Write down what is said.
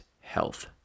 health